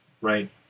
right